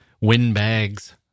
windbags